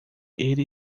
ele